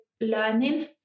learning